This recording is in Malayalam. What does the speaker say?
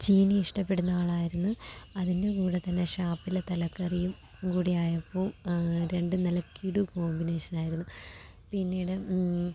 ചീനി ഇഷ്ടപ്പെടുന്ന ആളായിരുന്നു അതിൻ്റെ കൂടെ തന്നെ ഷാപ്പിലെ തലക്കറീം കൂടി ആയപ്പോൾ രണ്ടും നല്ല കിടു കോമ്പിനേഷനായിരുന്നു പിന്നീട്